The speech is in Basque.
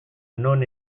non